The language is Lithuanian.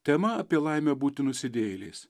tema apie laimę būti nusidėjėliais